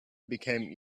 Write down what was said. became